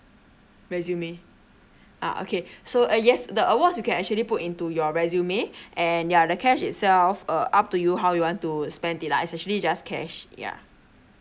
resume uh okay so uh yes the awards you can actually put into your resume and ya the cash itself uh up to you how you want to spend it lah it's actually just cash ya